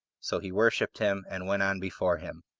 so he worshipped him, and went on before him.